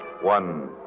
one